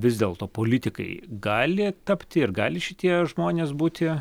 vis dėlto politikai gali tapti ir gali šitie žmonės būti